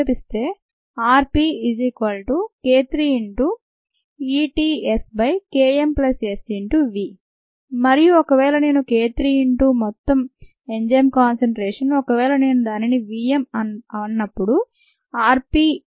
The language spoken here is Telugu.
rPk3 EtSKmSV మరియు ఒకవేళ నేను k 3 ఇన్టూ మొత్తం ఎంజైమ్ కాన్సన్ట్రేషన్ ఒకవేళ నేను దానిని v m అప్పుడు r P